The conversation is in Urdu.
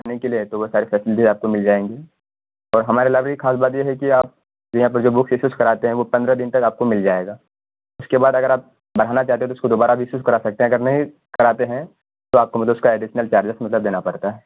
پڑھنے کے لیے تو وہ ساری فیسیلیٹی آپ کو مل جائیں گی اور ہماری لائیبریری کی خاص بات یہ ہے کہ آپ یہاں پر جو بکس ایشوز کراتے ہیں وہ پندرہ دن تک آپ کو مل جائے گا اس کے بعد اگر آپ بڑھانا چاہتے ہیں تو اس کو دوبارہ بھی ایشوز کرا سکتے ہیں اگر نہیں کراتے ہیں تو آپ کو مطلب اس کا ایڈیشنل چارجز مطلب دینا پڑتا ہے